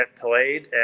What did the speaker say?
played